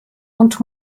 und